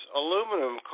aluminum